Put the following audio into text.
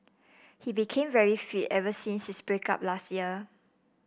he became very fit ever since his break up last year